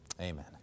Amen